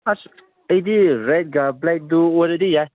ꯑꯁ ꯑꯩꯗꯤ ꯔꯦꯠꯀ ꯕ꯭ꯂꯦꯛꯇꯨ ꯑꯣꯏꯔꯗꯤ ꯌꯥꯏ